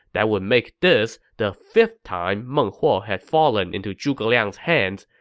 that would make this the fifth time meng huo had fallen into zhuge liang's hands,